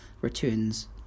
returns